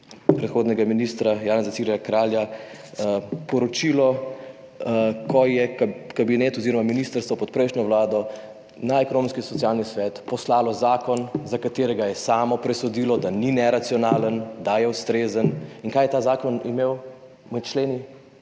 predhodnega ministra Janeza Ciglerja Kralja, ko je kabinet oziroma ministrstvo pod prejšnjo vlado na Ekonomsko-socialni svet poslalo zakon, za katerega je samo presodilo, da ni neracionalen, da je ustrezen. In kaj je imel ta zakon med členi?